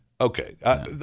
Okay